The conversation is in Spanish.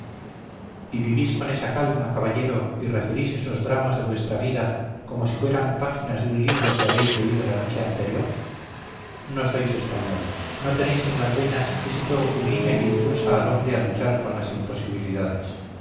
y vivís con esa calma caballero y referís esos dramas de vuestra vida como si fueran páginas de un libro que habéis leído la noche anterior no sois español no tenéis en las venas ese fuego sublime que impulsa al hombre a luchar con las imposibilidades